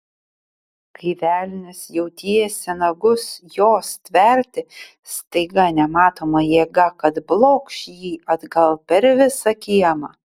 kai velnias jau tiesė nagus jos stverti staiga nematoma jėga kad blokš jį atgal per visą kiemą